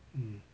mm